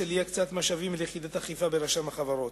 בשל אי-הקצאת משאבים ליחידת אכיפה ברשם החברות.